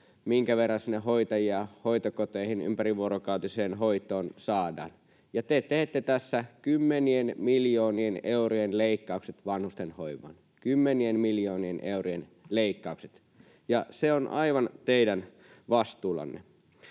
minkä verran hoitajia sinne hoitokoteihin ympärivuorokautiseen hoitoon saadaan. Te teette tässä kymmenien miljoonien eurojen leikkaukset vanhustenhoivaan — kymmenien miljoonien eurojen leikkaukset — ja se on aivan teidän vastuullanne.